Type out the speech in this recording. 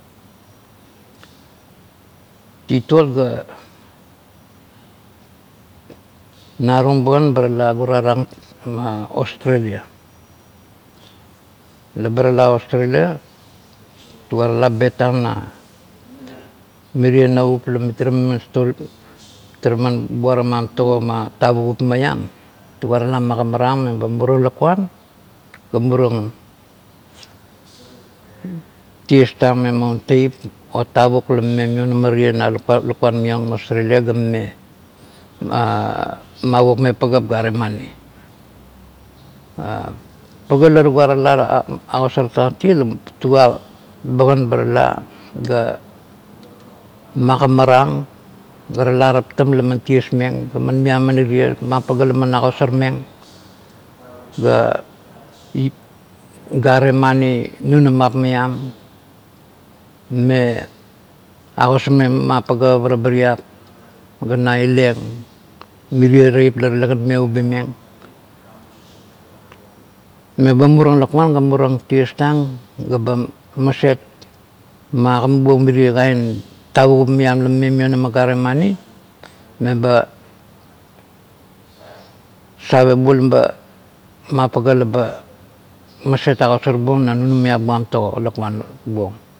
Titot ga narung bagan, batala gurarang australia. Laba tala australia, tuga tala betang na mirie navup la mi tara man mitara man buaram tago, ma tavugup maiam. Tuga la magimaram meba murang lakuan ba murang ties tang me maun teup a tavuk maiang la mime mionama tie na lakuan maiong, australia ga mime ma wokmeng pagap gare mani. Paga la tuga tala agosar tang, tie tuga bagan ta tala ga magimaram ba tala taptam laman tiesmeng ga man miamani, man pagap la man agosarmeng ga are mani munanip maiong mime agosarmeng mapaga parabiriap ga naileng, mirie taip lakuan ba murang ties tang ga ba maset magima buong mirie kain tarup maiam la mime mionama gare mani, meba save bung mapaga la ba akosar bung na munamap bung tago lakuan buong.